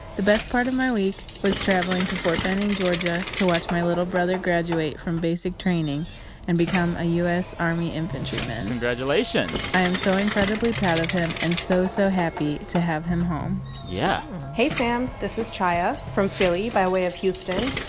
the best part of my week was traveling to fort benning, ga, to watch my little brother graduate from basic training and become a u s. army infantryman congratulations i am so incredibly proud of him, and so, so happy to have him home yeah hey, sam. this is chaia philly by way of houston,